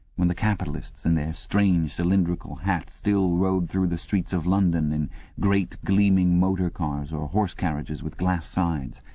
when the capitalists in their strange cylindrical hats still rode through the streets of london in great gleaming motor-cars or horse carriages with glass sides.